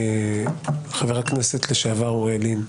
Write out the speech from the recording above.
חבר הכנסת לשעבר אוריאל לין,